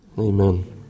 Amen